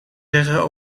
zeggen